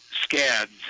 scads